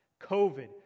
COVID